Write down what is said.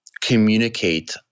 communicate